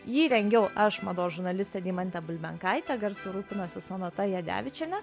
jį rengiau aš mados žurnalistė deimantė bulbenkaitė garsu rūpinosi sonata jadevičienė